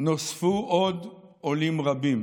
נוספו עוד עולים רבים,